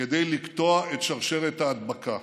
כדי לקטוע את שרשרת ההדבקה.